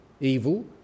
evil